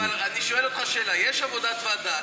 אבל אני שואל אותך שאלה: יש עבודת ועדה.